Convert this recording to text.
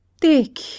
Dick